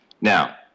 Now